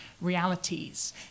realities